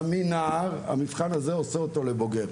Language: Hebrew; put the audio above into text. מנער המבחן הזה עושה אותו לבוגר.